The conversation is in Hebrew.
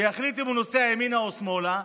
שיחליט אם הוא נוסע ימינה או שמאלה,